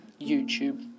YouTube